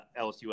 LSU